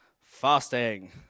fasting